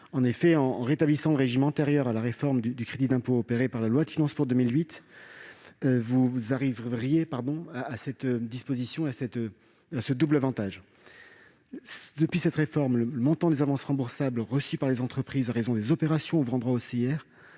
En effet, le rétablissement du régime antérieur à la réforme du crédit d'impôt opéré par la loi de finances pour 2008 conduirait à ce double avantage. Depuis cette réforme, les avances remboursables reçues par les entreprises en raison des opérations ouvrant droit au